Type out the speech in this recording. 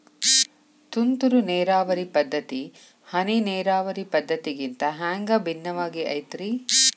ತುಂತುರು ನೇರಾವರಿ ಪದ್ಧತಿ, ಹನಿ ನೇರಾವರಿ ಪದ್ಧತಿಗಿಂತ ಹ್ಯಾಂಗ ಭಿನ್ನವಾಗಿ ಐತ್ರಿ?